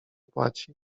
płaci